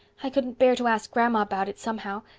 i couldn't bear to ask grandma about it somehow,